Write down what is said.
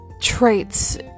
traits